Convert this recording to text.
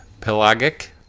Pelagic